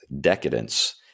Decadence